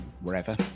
wherever